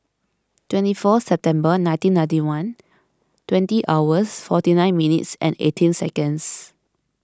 twenty four September nineteen ninety one twenty hours forty nine minutes and eighteen seconds